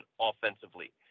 offensively